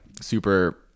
super